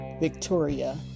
Victoria